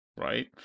right